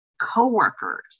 coworkers